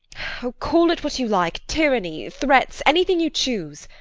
oh! call it what you like, tyranny, threats, anything you choose.